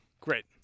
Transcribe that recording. Great